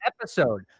episode